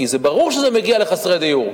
כי ברור שזה מגיע לחסרי דיור,